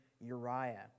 Uriah